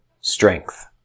strength